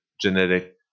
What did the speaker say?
genetic